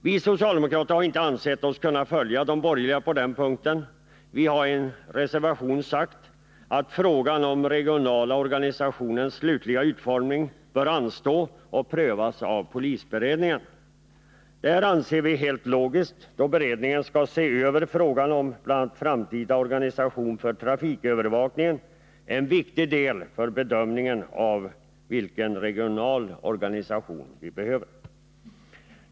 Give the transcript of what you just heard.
Vi socialdemokrater har inte ansett oss kunna följa de borgerliga på den punkten. Vi har i en reservation sagt att frågan om den regionala organisationens slutliga utformning bör anstå och prövas av polisberedningen. Detta anser vi helt logiskt då beredningen skall se över bl.a. frågan om framtida organisation för trafikövervakning — en viktig del för bedömningen av vilken regional organisation vi behöver.